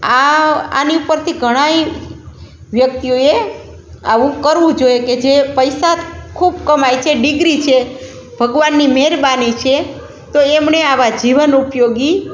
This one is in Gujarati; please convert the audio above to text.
આ આની ઉપરથી ઘણાંય વ્યક્તિઓએ આવું કરવું જોઈએ કે જે પૈસા ખૂબ કમાય છે ડિગ્રી છે ભગવાનની મહેરબાની છે તો એમણે આવાં જીવન ઉપયોગી